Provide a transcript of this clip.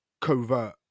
covert